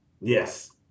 yes